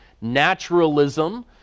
Naturalism